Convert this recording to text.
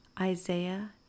Isaiah